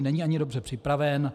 Není ani dobře připraven.